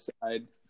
side